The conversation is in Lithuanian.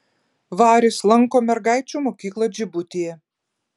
varis lanko mergaičių mokyklą džibutyje